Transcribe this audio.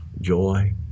joy